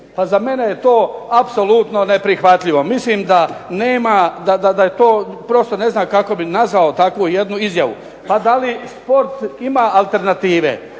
Za mene je to apsolutno neprihvatljivo, prosto ne znam kako bih nazvao jednu takvu izjavu. Pa da li sport ima alternative?